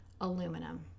Aluminum